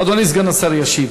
אדוני סגן השר ישיב.